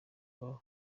baba